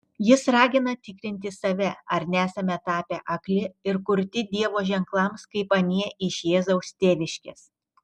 jis ragina tikrinti save ar nesame tapę akli ir kurti dievo ženklams kaip anie iš jėzaus tėviškės